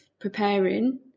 preparing